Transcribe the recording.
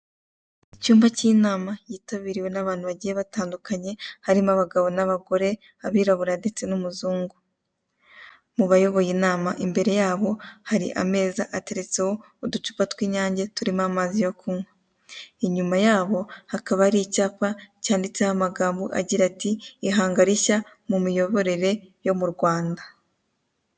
Icyumba k'inama yitabiriye n'abantu bagiye batandukanye harimo abagabo n'abagore abirabura ndetse n'umuzugu mubayoboye inama imbere yabo hari ameza ateretseho uducupa tw'inyange, inyuma yaho hari icyapa cyanditse amagambo ihanga rishya mu miyoborere yo mu Rwanda.